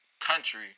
country